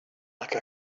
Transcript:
like